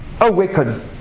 awaken